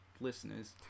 listeners